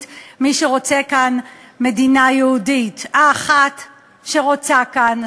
כשרואים מה היה שם ברבות